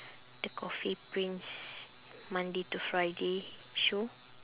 the coffee prince monday to friday show